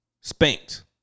spanked